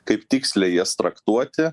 kaip tiksliai jas traktuoti